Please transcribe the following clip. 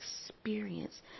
experience